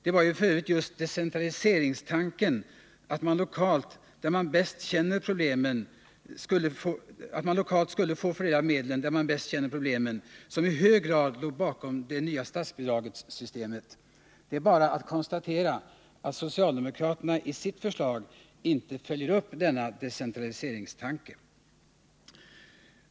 Det var just decentraliseringstanken, att medlen skulle fördelas lokalt där man bäst känner problemen, som i hög grad låg bakom det nya statsbidragssystemet. Det är bara att konstatera att socialdemokraterna i sitt förslag inte följer upp denna decentraliseringstanke.